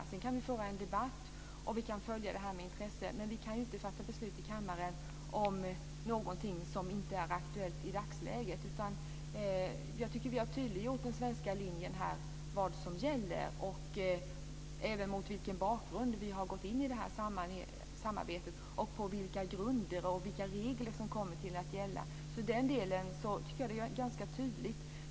Sedan kan vi föra en debatt och följa detta med intresse, men vi kan ju inte fatta beslut i kammaren om någonting som inte är aktuellt i dagsläget. Jag tycker att vi har tydliggjort den svenska linjen - vad som gäller. Vi har gjort klart mot vilken bakgrund och på vilka grunder Sverige har gått in i samarbetet, och vilka regler som kommer att gälla. Den delen tycker jag alltså är ganska tydlig.